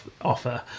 offer